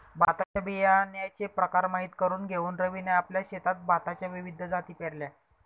भाताच्या बियाण्याचे प्रकार माहित करून घेऊन रवीने आपल्या शेतात भाताच्या विविध जाती पेरल्या